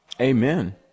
Amen